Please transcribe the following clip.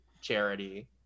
charity